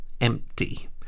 empty